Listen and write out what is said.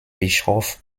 bischof